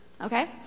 Okay